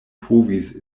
povis